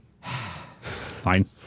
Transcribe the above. Fine